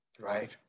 Right